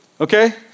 Okay